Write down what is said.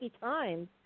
times